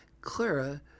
Clara